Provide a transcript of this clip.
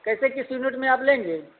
कैसे किस यूनिट में आप लेंगे